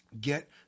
Get